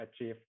achieve